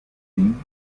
vin